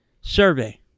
survey